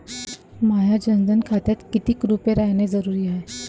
माह्या जनधन खात्यात कितीक रूपे रायने जरुरी हाय?